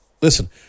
Listen